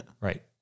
Right